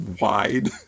wide